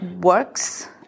works